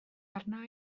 arna